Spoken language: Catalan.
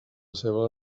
seva